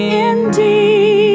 indeed